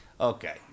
okay